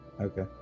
okay